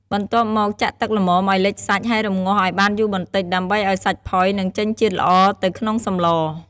បន្ទាប់មកចាក់ទឹកល្មមឱ្យលិចសាច់ ហើយរម្ងាស់ឱ្យបានយូរបន្តិច ដើម្បីឱ្យសាច់ផុយ និងចេញជាតិល្អទៅក្នុងសម្ល។